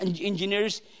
engineers